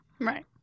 Right